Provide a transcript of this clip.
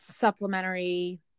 supplementary